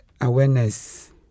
awareness